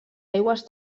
aigües